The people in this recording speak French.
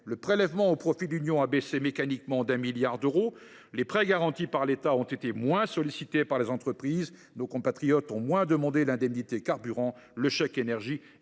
le prélèvement au profit de l’Union européenne a baissé mécaniquement de 1 milliard d’euros ; les prêts garantis par l’État ont été moins sollicités par les entreprises ; nos compatriotes ont moins demandé l’indemnité carburant, le chèque énergie